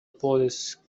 police